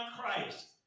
Christ